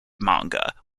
manga